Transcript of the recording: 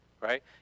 right